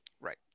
Right